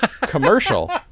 Commercial